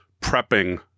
prepping